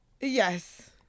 Yes